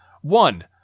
One